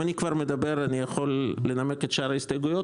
אם אני כבר מדבר אני יכול לנמק את שאר ההסתייגויות?